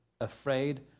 afraid